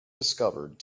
discovered